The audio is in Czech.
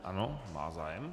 Ano, má zájem.